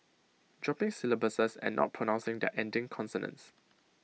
dropping syllables and not pronouncing their ending consonants